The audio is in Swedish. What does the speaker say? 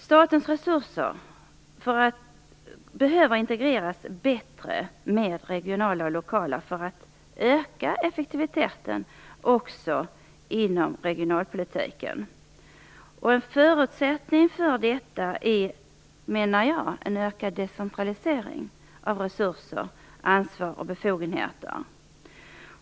Statens resurser behöver integreras bättre med regionala och lokala resurser för att effektiviteten skall kunna ökas också inom regionalpolitiken. En förutsättning för detta är en ökad decentralisering av resurser, ansvar och befogenheter.